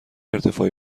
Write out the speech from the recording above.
ارتفاعی